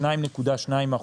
2.2%,